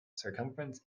circumference